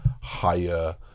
higher